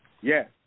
Yes